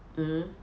mm